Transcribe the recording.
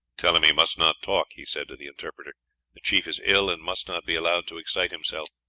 tell him he must not talk, he said to the interpreter the chief is ill and must not be allowed to excite himself.